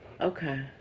Okay